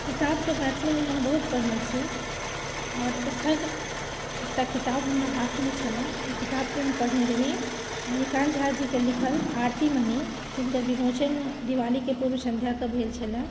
किताब तऽ मैथिलीमे हम बहुत पढ़ने छी आओर एखन एकटा किताब हमरा हाथमे छलए ओहि किताबके हम पढ़ने रही मणिकान्त झा जीके लिखल आरती मणि जिनकर विमोचन दिवालीके पूर्व सन्ध्यापर भेल छलए